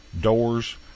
doors